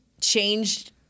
changed